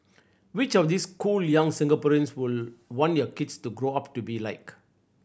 which of these cool young Singaporeans would want your kids to grow up to be like